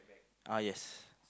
ah yes